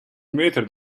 meter